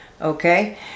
okay